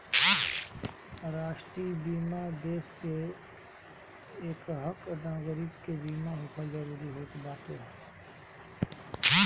राष्ट्रीय बीमा देस के एकहक नागरीक के बीमा होखल जरूरी होत बाटे